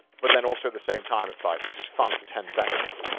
but then also at the same time, it's like this is fun for ten seconds,